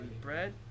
bread